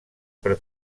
per